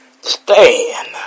stand